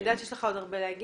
אני יודעת שיש לך עוד הרבה לומר.